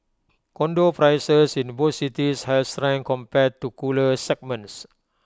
condo prices in both cities has strength compared to cooler segments